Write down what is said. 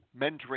mentoring